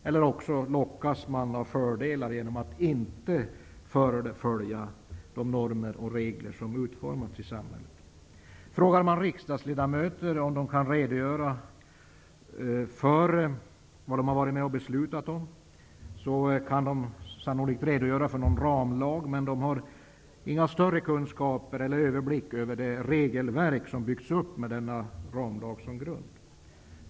Eller också lockas de av fördelar av att inte följa de regler och normer som utformats i samhället. Frågar man riksdagsledamöter kan de kanske redogöra för att de har varit med och beslutat om någon ramlag men de har inga större kunskaper om eller någon överblick över det regelverk som byggts upp med denna ramlag som grund.